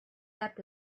leapt